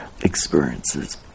experiences